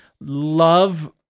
love